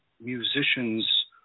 musicians